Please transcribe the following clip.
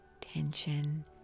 tension